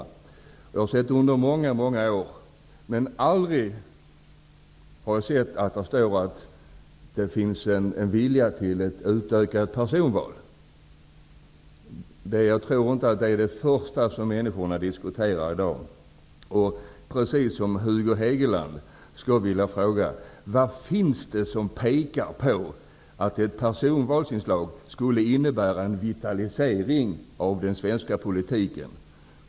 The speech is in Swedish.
Detta har jag sett under många år, men aldrig har jag sett intresse för ett utökat personval. Jag tror inte att detta är det första människorna diskuterar i dag. Precis som Hugo Hegeland skulle jag vilja fråga: Vad finns det som pekar på att ett personvalsinslag skulle innebära en vitalisering av den svenska politiken?